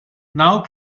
now